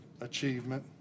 achievement